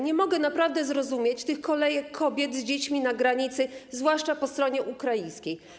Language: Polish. Nie mogę naprawdę zrozumieć tych kolejek kobiet z dziećmi na granicy, zwłaszcza po stronie ukraińskiej.